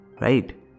right